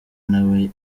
nawe